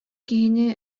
киһини